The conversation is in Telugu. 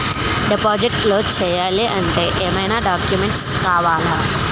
డిపాజిట్ క్లోజ్ చేయాలి అంటే ఏమైనా డాక్యుమెంట్స్ కావాలా?